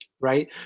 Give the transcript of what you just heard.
Right